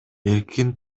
эркин